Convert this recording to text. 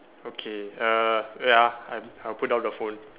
okay uh wait ah I I put down the phone